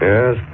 Yes